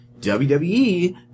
WWE